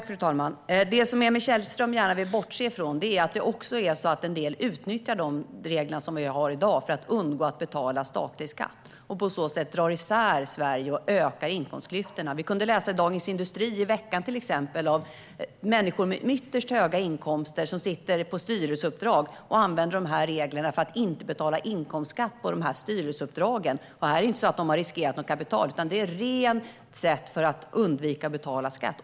Fru talman! Det som Emil Källström gärna vill bortse från är att en del utnyttjar reglerna som vi har i dag för att undgå att betala statlig skatt och på så sätt drar isär Sverige och ökar inkomstklyftorna. I veckan kunde vi till exempel läsa i Dagens industri om människor med ytterst höga inkomster som sitter på styrelseuppdrag och använder de här reglerna för att inte betala inkomstskatt på de styrelseuppdragen. Det är inte så att de har riskerat något kapital, utan det är ett rent sätt att undvika att betala skatt.